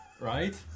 Right